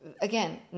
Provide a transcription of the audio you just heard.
again